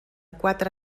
quatre